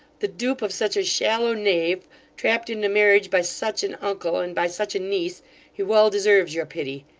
the dupe of such a shallow knave trapped into marriage by such an uncle and by such a niece he well deserves your pity.